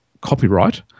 copyright